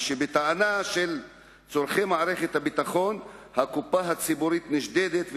ושבטענה של צורכי מערכת הביטחון הקופה הציבורית נשדדת,